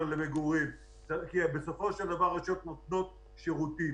למגורים כי בסופו של דבר רשויות נותנות שירותים.